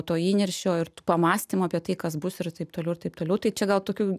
to įniršio ir tų pamąstymų apie tai kas bus ir taip toliau ir taip toliau tai čia gal tokių